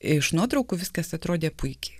iš nuotraukų viskas atrodė puikiai